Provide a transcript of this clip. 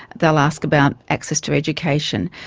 they'll ask about access to education.